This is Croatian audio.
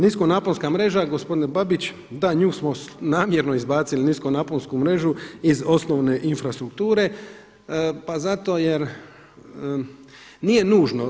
Niskonaponska mreža, gospodine Babić, da, nju smo namjerno izbacili niskonaponsku mrežu iz osnovne infrastrukture pa zato jer nije nužno.